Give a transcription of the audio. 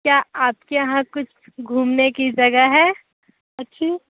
क्या आपके यहाँ कुछ घूमने की जगह है अच्छी